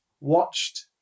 watched